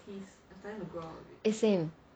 eh same